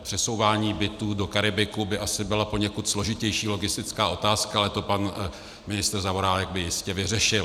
Přesouvání bytů do Karibiku by asi byla poněkud složitější logistická otázka, ale to by pan ministr Zaorálek jistě vyřešil.